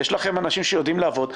יש לכם אנשים שיודעים לעבוד.